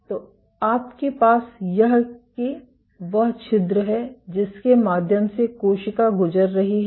तो आपके पास यह है कि वह छिद्र है जिसके माध्यम से कोशिका गुजर रही है